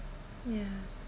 ya